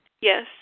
Yes